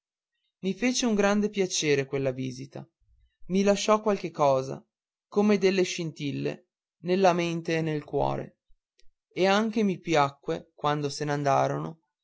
i fece un grande piacere quella visita mi lasciò qualche cosa come delle scintille nella mente e nel cuore e anche mi piacque quando se n'andarono